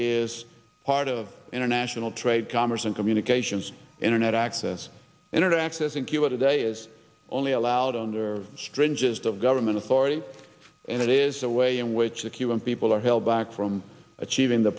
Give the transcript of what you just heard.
is part of international trade commerce and communications internet access internet access in cuba today is only allowed under strangest of government authority and it is a way in which the cuban people are held back from achieving the